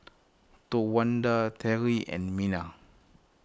Towanda Teri and Mena